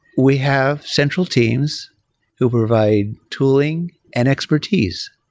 we have central teams who provide tooling and expertise.